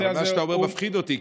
אבל מה שאתה אומר מפחיד אותי,